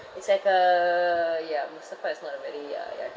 it's like uh ya Mustafa is not a very uh ya I think